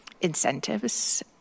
incentives